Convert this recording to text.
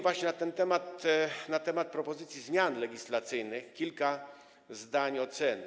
Właśnie na ten temat, na temat propozycji zmian legislacyjnych, kilka zdań oceny.